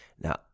Now